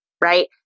right